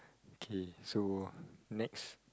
K so next